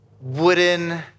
wooden